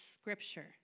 scripture